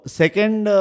second